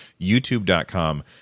YouTube.com